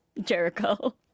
Jericho